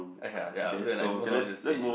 !aiya! ya but they're like most probably the same